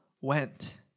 went